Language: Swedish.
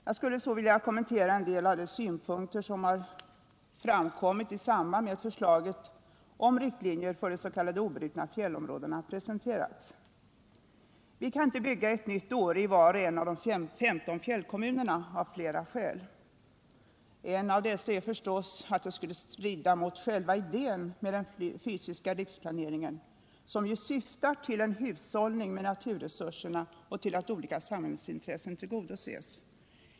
Jag skulle så vilja kommentera en del av de synpunkter som har fram = Den fysiska kommit i samband med att förslaget om riktlinjer för de s.k. obrutna = riksplaneringen för fjällområdena presenterades. vissa s.k. obrutna Vi kan inte ”bygga ett Åre” i var och en av de 15 fjällkommunerna = fjällområden - av flera skäl. Ett av dessa skäl är förstås att det skulle strida mot själva idén med den fysiska riksplaneringen, som ju syftar till en hushållning med naturresurserna och till att olika samhällsintressen tillgodoses.